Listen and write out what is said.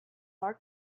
are